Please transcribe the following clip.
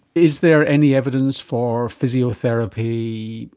is there any evidence for physiotherapy,